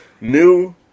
new